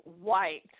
white